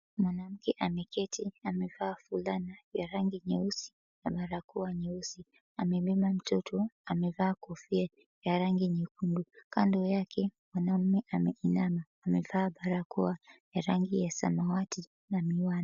Mwanamke ameketi amevaa fulana ya rangi nyeusi na barakoa nyeusi, amebeba mtoto amevaa kofia ya rangi nyekundu, kando yake mwanamume ameinama amevaa barakoa ya rangi ya samawati na miwani.